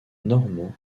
normands